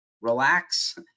relax